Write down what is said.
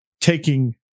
taking